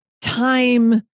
time